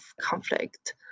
conflict